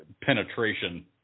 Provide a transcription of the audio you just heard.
penetration